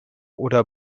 oder